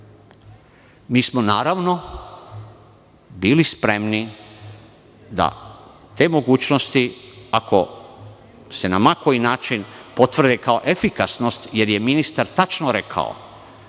to smo, naravno, bili spremni da te mogućnosti, ako se na ma koji način potvrde kao efikasne, jer je ministar tačno rekao